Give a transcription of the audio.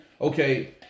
okay